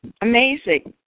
Amazing